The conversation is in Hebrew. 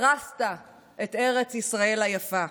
הרסת את ארץ ישראל היפה.